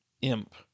imp